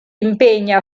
impegna